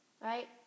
Right